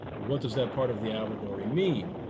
what does that part of the allegory mean?